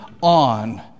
on